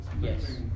Yes